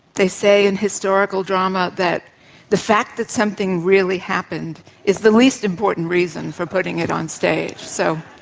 they say in historical drama that the fact that something really happened is the least important reason for putting it on stage. so